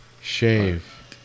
Shave